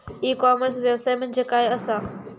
E commerce व्यवसाय म्हणजे काय असा?